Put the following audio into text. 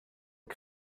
que